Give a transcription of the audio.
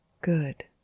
good